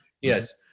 Yes